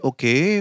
Okay